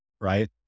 right